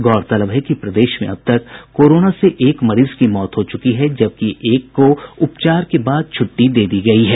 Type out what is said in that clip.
गौरतलब है कि प्रदेश में अब तक कोरोना से एक मरीज की मौत हो चूकी है जबकि एक को उपचार के बाद छूट़टी दे दी गयी है